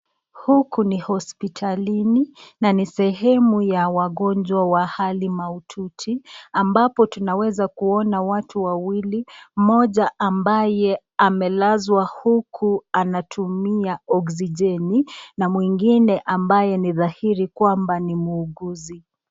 Huku ni hopitalini, na ni sehemu ya wagonjwa wa hali mahatuti ambapo tunaweza kuona watu wawili mmoja ambaye amelazwa huku anatumia oxigeni na mwingine ambaye ni dhahiri kwamba ni muuguzi.